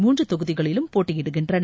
மூன்று தொகுதிளிலும் போட்டியிடுகின்றன